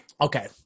Okay